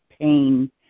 pain